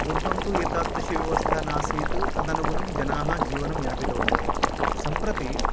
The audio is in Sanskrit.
पूर्वं तु एतादृशी व्यवस्था नासीत् तदनुगुणं जनाः जीवनं यापितवन्तः सम्प्रति